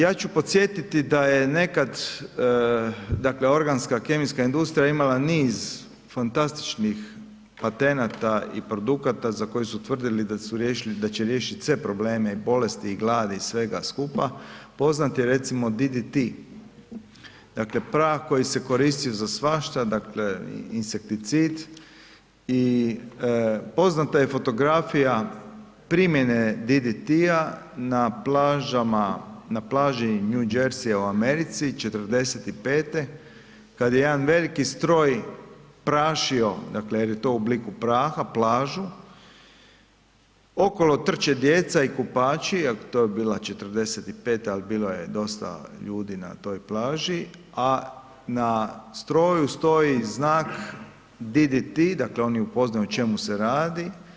Ja ću podsjetiti da je nekad, dakle organska kemijska industrija imala niz fantastičnih patenata i produkata za koje su tvrdili da su riješili, da će riješit sve probleme i bolesti i glad i svega skupa, poznat je recimo DDT, dakle prah koji se koristio za svašta, dakle insekticid i poznata je fotografija primjene DDT-a na plažama, na plaži New Jerseya u Americi '45. kad je jedan veliki stroj prašio, dakle jer je to u obliku praha, plažu, okolo trče djeca i kupači, al to je bila 45. ali bilo je dosta ljudi na toj plaži, a na stroju stoji znak DDT, dakle on je upoznao o čemu se radi.